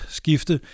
skifte